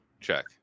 check